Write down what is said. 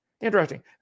Interesting